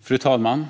Fru talman!